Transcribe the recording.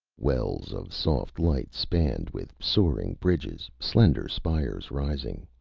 wells of soft light spanned with soaring bridges, slender spires rising,